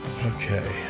Okay